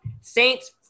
Saints